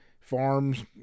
Farms